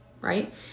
right